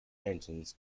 engines